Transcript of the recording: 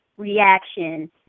reaction